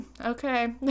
okay